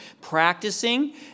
practicing